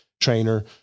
trainer